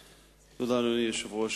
תודה, אדוני היושב-ראש.